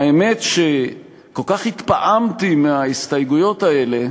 והאמת שכל כך התפעמתי מההסתייגויות האלה,